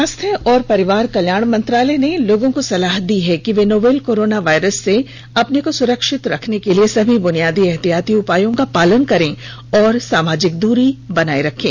स्वास्थ्य और परिवार कल्याण मंत्रालय ने लोगों को सलाह दी है कि वे नोवल कोरोना वायरस से अपने को सुरक्षित रखने के लिए सभी बुनियादी एहतियाती उपायों का पालन करें और सामाजिक दूरी बनाए रखें